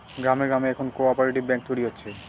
গ্রামে গ্রামে এখন কোঅপ্যারেটিভ ব্যাঙ্ক তৈরী হচ্ছে